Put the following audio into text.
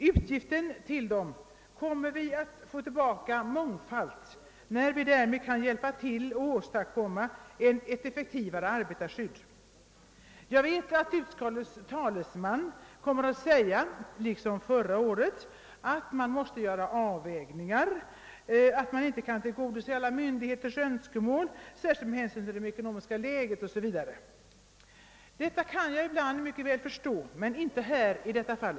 Utgifterna för dessa kommer vi att få tillbaka mångfalt när vi därmed kan hjälpa till att åstadkomma ett effektivare arbetarskydd. Jag vet att utskottets talesman liksom förra året kommer att säga att man måste göra avvägningar och att man, särskilt med hänsyn till det ekonomiska läget, inte kan tillgodose myndigheternas alla önskemål. Detta kan jag ibland 3+— Andra kammarens protokoll 1968 väl förstå, men jag kan inte göra det i detta fall.